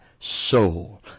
soul